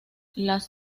las